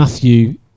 Matthew